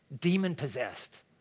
demon-possessed